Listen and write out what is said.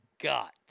got